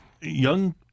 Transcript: young